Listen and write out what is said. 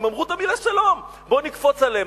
הם אמרו את המלה שלום, בואו נקפוץ עליהם.